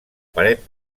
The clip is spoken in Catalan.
paret